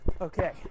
Okay